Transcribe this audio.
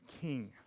king